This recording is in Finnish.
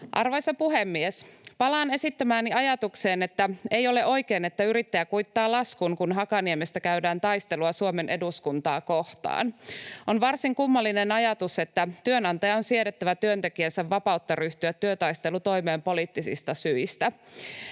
Arvoisa puhemies! Palaan esittämääni ajatukseen, että ei ole oikein, että yrittäjä kuittaa laskun, kun Hakaniemestä käydään taistelua Suomen eduskuntaa kohtaan. On varsin kummallinen ajatus, että työnantajan on siedettävä työntekijänsä vapautta ryhtyä työtaistelutoimiin poliittisista syistä.